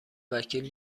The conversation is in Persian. وکیل